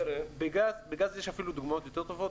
בגז יש אפילו דוגמאות יותר טובות.